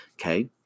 Okay